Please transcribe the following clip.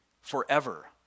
forever